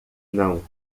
não